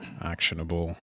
actionable